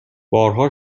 بارها